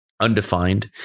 undefined